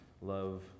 love